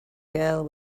girl